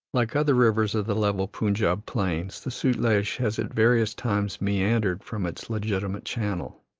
like other rivers of the level punjab plains, the sutlej has at various times meandered from its legitimate channel